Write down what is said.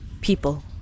People